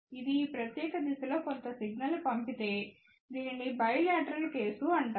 ఇది ఈ ప్రత్యేక దిశలో కొంత సిగ్నల్ ని పంపితే దీనిని బైలేట్రల్ కేసు అంటారు